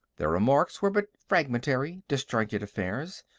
their remarks were but fragmentary, disjointed affairs,